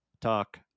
talk